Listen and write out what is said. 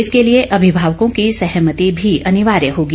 इसके लिए अभिभावकों की सहमति भी अनिवार्य होगी